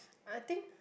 I think